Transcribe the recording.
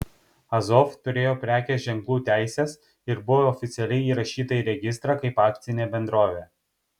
azov turėjo prekės ženklų teises ir buvo oficialiai įrašyta į registrą kaip akcinė bendrovė